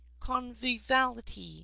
conviviality